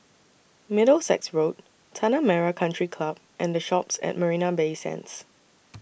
Middlesex Road Tanah Merah Country Club and The Shoppes At Marina Bay Sands